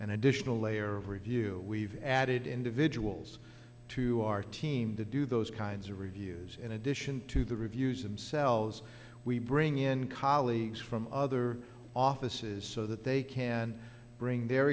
an additional layer of review we've added individuals to our team to do those kinds of reviews in addition to the reviews themselves we bring in colleagues from other offices so that they can bring their